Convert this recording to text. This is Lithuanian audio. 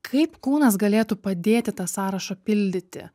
kaip kūnas galėtų padėti tą sąrašą pildyti